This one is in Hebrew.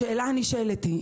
השאלה הנשאלת היא,